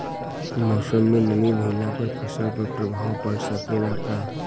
मौसम में नमी भइला पर फसल पर प्रभाव पड़ सकेला का?